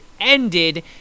ended